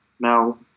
Now